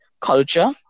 culture